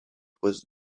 was